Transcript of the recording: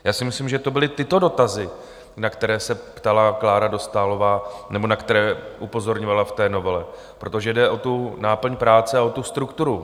Já si myslím, že to byly tyto dotazy, na které se ptala Klára Dostálová, nebo na které upozorňovala v té novele, protože jde o náplň práce a o tu strukturu.